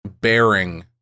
bearing